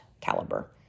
caliber